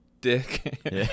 dick